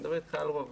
אני מדבר אתך על רוב.